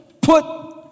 put